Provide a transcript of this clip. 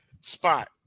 spot